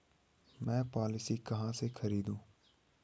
मैं पॉलिसी कहाँ से खरीदूं?